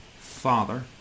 father